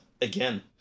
Again